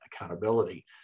accountability